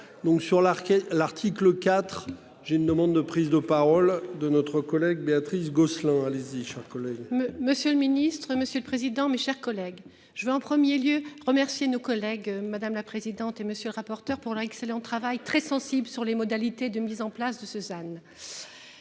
et l'article IV. J'ai une demande de prise de parole de notre collègue, Béatrice Gosselin, allez-y, chers collègues. Monsieur le ministre, monsieur le président, mes chers collègues, je vais en premier lieu remercier nos collègues, madame la présidente et monsieur le rapporteur pour l'excellent travail très sensible sur les modalités de mise en place de Cezanne.